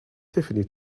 tiffany